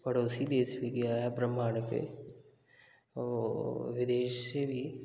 पड़ोसी देश भी गया है ब्रह्माण्ड पे और विदेशी भी